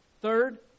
Third